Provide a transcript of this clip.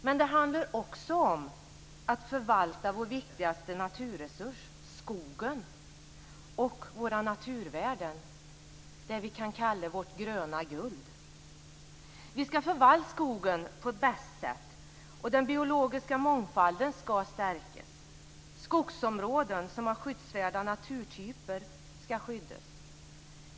Men det handlar också om att förvalta vår viktigaste naturresurs, skogen, och våra naturvärden, det vi kan kalla vårt gröna guld. Vi ska förvalta skogen på bästa sätt. Den biologiska mångfalden ska stärkas. Skogsområden som har skyddsvärda naturtyper ska skyddas.